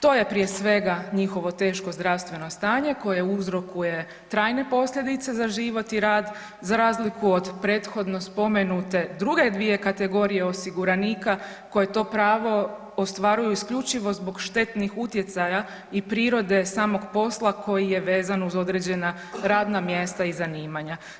To je prije svega njihovo teško zdravstveno stanje koje uzrokuje trajne posljedice za život i rad za razliku od prethodno spomenute druge dvije kategorije osiguranika koje to pravo ostvaruju isključivo zbog štetnih utjecaja i prirode samog posla koji je vezan uz određena radna mjesta i zanimanja.